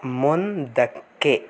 ಮುಂದಕ್ಕೆ